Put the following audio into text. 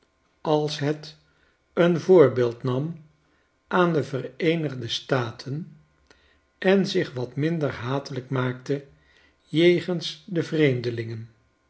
als het een voorbeeld nam aan de vereenigde staten en zich wat minder hatelijk maaktejegens de vreemdelingen